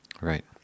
Right